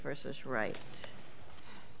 versus right